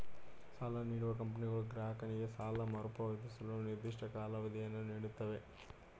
ಸಾಲ ನೀಡುವ ಕಂಪನಿಗಳು ಗ್ರಾಹಕನಿಗೆ ಸಾಲ ಮರುಪಾವತಿಸಲು ನಿರ್ದಿಷ್ಟ ಕಾಲಾವಧಿಯನ್ನು ನೀಡುತ್ತವೆ